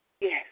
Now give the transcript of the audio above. Yes